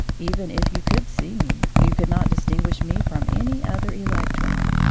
even if you could see me, you could not distinguish me from any other electron.